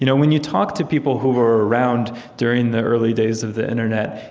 you know when you talk to people who were around during the early days of the internet,